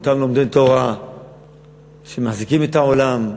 באותם לומדי תורה שמחזיקים את העולם,